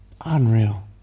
Unreal